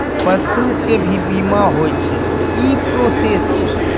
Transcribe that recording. पसु के भी बीमा होय छै, की प्रोसेस छै?